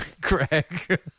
Greg